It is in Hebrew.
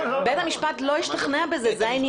השתכנע.